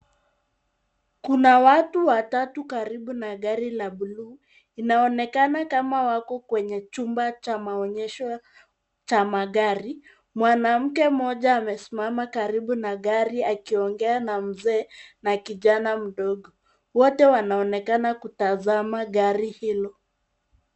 Kuna watu watatu karibu na gari la buluu, inaonekana kama wako kwenye chumba cha maonyesho cha magari, mwanamke mmoja amesimama karibu na gari akiongea na mzee na kijani mdogo. Wote wanaonekana kutazama gari hilo.